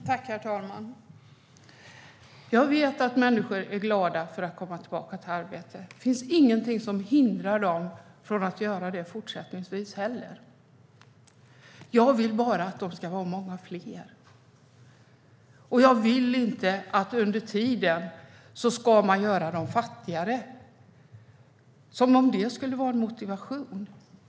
Herr talman! Jag vet att människor är glada över att komma tillbaka i arbete. Det finns inget som hindrar dem att göra det i fortsättningen också. Jag vill bara att de ska vara många fler. Men jag vill inte att man under tiden gör dem fattigare, som om det skulle vara en motivation.